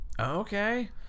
Okay